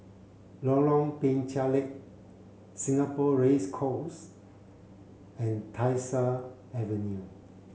Lorong Penchalak Singapore Race Course and Tyersall Avenue